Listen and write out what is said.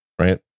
right